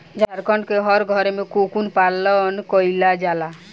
झारखण्ड के हर घरे में कोकून पालन कईला जाला